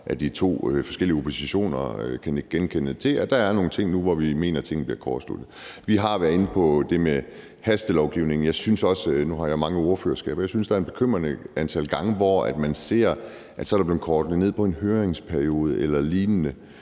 af de to forskellige oppositioner kan nikke genkendende til, altså at der er nogle steder nu, hvor vi mener, at det bliver kortsluttet. Vi har været inde på det med hastelovgivning. Jeg synes også – nu har jeg mange ordførerskaber – at der er et bekymrende antal gange, hvor man ser, at der er blevet kortet ned på en høringsperiode eller lignende